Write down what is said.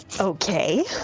Okay